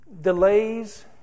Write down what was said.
delays